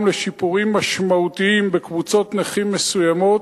לשיפורים משמעותיים לקבוצות נכים מסוימות,